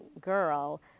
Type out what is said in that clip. girl